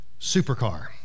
supercar